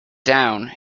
down